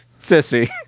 Sissy